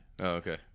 Okay